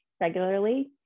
regularly